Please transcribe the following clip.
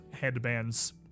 headbands